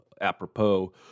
apropos